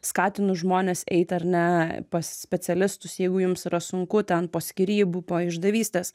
skatinu žmones eit ar ne pas specialistus jeigu jums yra sunku ten po skyrybų po išdavystės